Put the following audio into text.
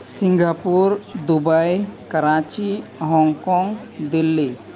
Singapore Dubai Karachi Hong Kong Delhi